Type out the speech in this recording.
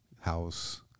house